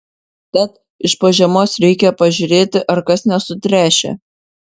tad iš po žiemos reikia pažiūrėti ar kas nesutręšę